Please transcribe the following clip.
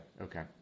okay